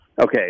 Okay